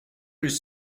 his